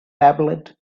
tablet